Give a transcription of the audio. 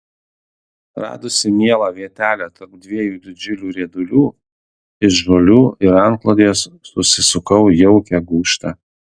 radusi mielą vietelę tarp dviejų didžiulių riedulių iš žolių ir antklodės susisukau jaukią gūžtą